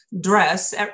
dress